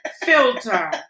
filter